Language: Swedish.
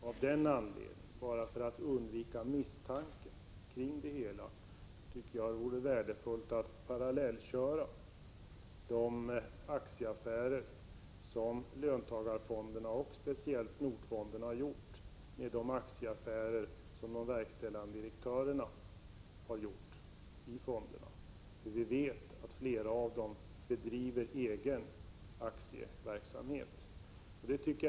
Av den anledningen och bara för att undvika att misstankar uppstår vore det enligt min mening värdefullt att för en jämförande granskning ”parallellköra” de aktieaffärer som löntagarfonderna, och då speciellt Nordfonden, har gjort med de aktieaffärer som de verkställande direktörerna i fonderna har gjort. Vi vet att flera av dessa bedriver egen verksamhet med aktieaffärer.